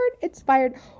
inspired